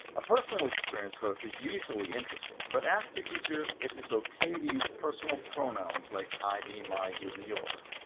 a personal experience hook is usually interesting, but ask your teacher if it's ok to use personal pronouns like i, me, my, you, and your.